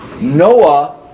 Noah